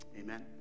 Amen